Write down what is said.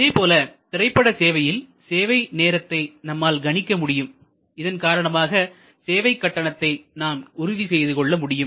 இதேபோல திரைப்பட சேவையில் சேவை நேரத்தை நம்மால் கணிக்க முடியும் இதன் காரணமாக சேவை கட்டணத்தை நாம் உறுதி செய்து கொள்ள முடியும்